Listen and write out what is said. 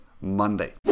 Monday